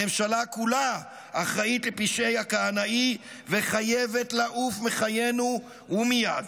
הממשלה כולה אחראית לפשעי הכהנאי וחייבת לעוף מחיינו ומייד.